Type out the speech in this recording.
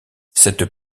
cette